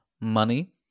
Money